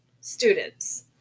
students